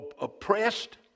oppressed